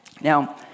now